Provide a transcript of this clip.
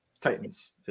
Titans